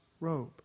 robe